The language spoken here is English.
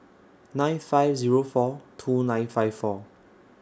nine five Zero four two nine five four